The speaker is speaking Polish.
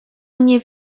mnie